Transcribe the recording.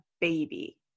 baby